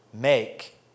Make